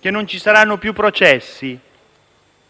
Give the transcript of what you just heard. che non ci saranno più processi,